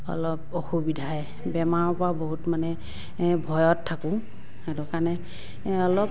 অলপ অসুবিধাই বেমাৰৰ পৰাই বহুত মানে ভয়ত থাকোঁ সেইটো কাৰণে অলপ